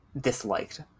Disliked